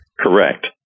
Correct